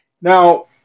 Now